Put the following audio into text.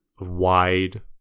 wide